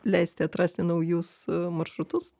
leisti atrasti naujus maršrutus